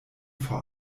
vor